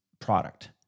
product